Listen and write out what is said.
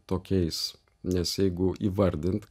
tokiais nes jeigu įvardint